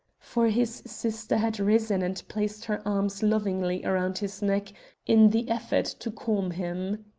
for his sister had risen and placed her arms lovingly round his neck in the effort to calm him.